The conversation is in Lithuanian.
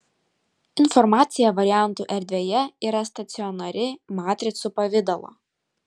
informacija variantų erdvėje yra stacionari matricų pavidalo